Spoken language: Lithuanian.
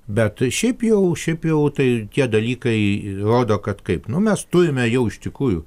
bet šiaip jau šiaip jau tai tie dalykai rodo kad kaip nu mes turime jau iš tikrųjų